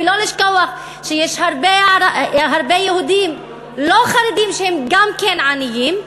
ולא לשכוח שיש הרבה יהודים לא חרדים שהם גם כן עניים,